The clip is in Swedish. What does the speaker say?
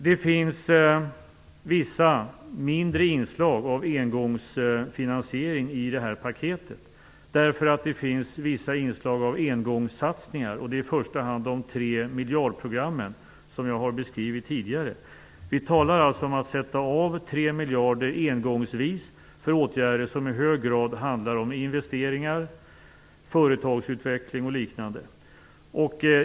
Det finns vissa mindre inslag av engångsfinansiering i det här paketet därför att det finns vissa inslag av engångssatsningar. Det är i första hand de tre miljardprogram som jag har beskrivit tidigare. Vi talar om att sätta av 3 miljarder engångsvis för åtgärder som i hög grad handlar om investeringar, företagsutveckling och liknande.